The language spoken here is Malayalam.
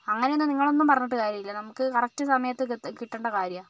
അങ്ങനെയൊന്നും നിങ്ങളൊന്നും പറഞ്ഞിട്ട് കാര്യമില്ല നമുക്ക് കറക്റ്റ് സമയത്ത് കി കിട്ടേണ്ട കാര്യമാണ്